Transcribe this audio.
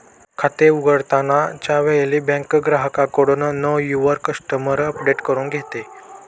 खाते उघडताना च्या वेळी बँक ग्राहकाकडून नो युवर कस्टमर अपडेट करून घेते